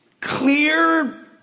Clear